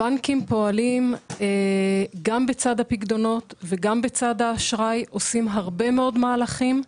הבנקים עושים גם בצד הפיקדונות וגם בצד האשראי הרבה מאוד מהלכים.